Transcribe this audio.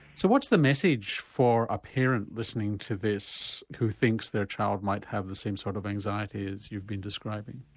so what's the message for a parent listening to this who thinks their child might have the same sort of anxiety as you've been describing?